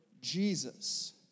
Jesus